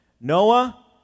Noah